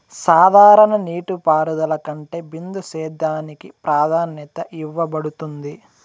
సాధారణ నీటిపారుదల కంటే బిందు సేద్యానికి ప్రాధాన్యత ఇవ్వబడుతుంది